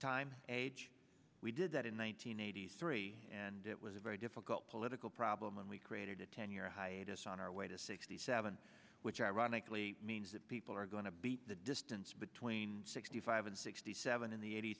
time age we did that in one thousand nine hundred eighty three and it was a very difficult political problem when we created a ten year hiatus on our way to sixty seven which ironically means that people are going to be the distance between sixty five and sixty seven in the eighty